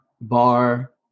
bar